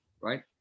right